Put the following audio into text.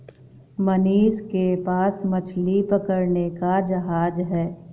मनीष के पास मछली पकड़ने का जहाज है